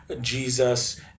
Jesus